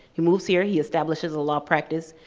he moves here, he establishes a law practice,